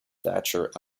thatcher